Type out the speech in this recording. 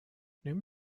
نمی